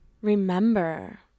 remember